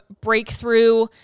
breakthrough